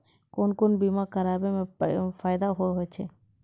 कोन कोन बीमा कराबै मे फायदा होय होय छै?